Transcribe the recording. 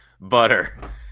Butter